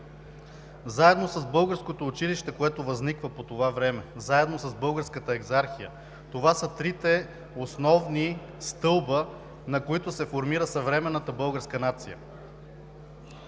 Заедно с българското училище, което възниква по това време, заедно с българската екзархия това са трите основни стълба, на които се формира съвременната българска нация.